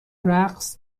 رقص